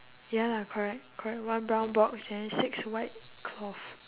ya lah correct correct one brown box and then six white cloth